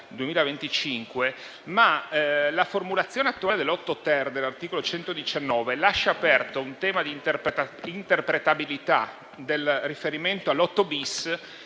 La formulazione attuale del comma 8-*ter* dell'articolo 119 lascia aperto un tema d'interpretabilità del riferimento al